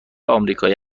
آمریکایی